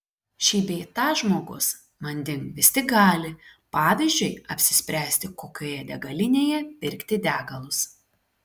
šį bei tą žmogus manding vis tik gali pavyzdžiui apsispręsti kokioje degalinėje pirkti degalus